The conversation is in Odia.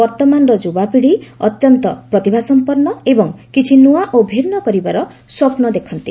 ବର୍ତ୍ତମାନର ଯୁବାପିଢ଼ି ଅତ୍ୟନ୍ତ ପ୍ରତିଭାସମ୍ପନ୍ନ ଏବଂ କିଛି ନୂଆ ଓ ଭିନ୍ନ କରିବାର ସ୍ୱପ୍ନ ଦେଖନ୍ତି